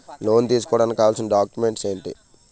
Loan తీసుకోడానికి కావాల్సిన documents ఎంటి?